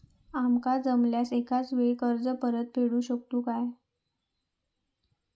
आमका जमल्यास एकाच वेळी कर्ज परत फेडू शकतू काय?